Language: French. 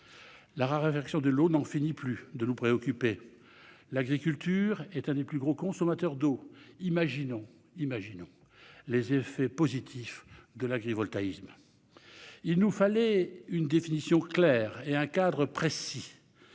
La raréfaction de l'eau n'en finit pas de nous préoccuper. Le secteur agricole est l'un des plus grands consommateurs d'eau. Imaginons les effets positifs de l'agrivoltaïsme ! Il nous fallait une définition claire et un cadre précis.